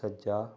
ਸੱਜਾ